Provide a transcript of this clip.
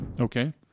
Okay